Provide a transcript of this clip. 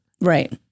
Right